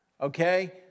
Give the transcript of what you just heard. okay